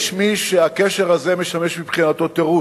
יש מי שהקשר הזה משמש מבחינתו תירוץ: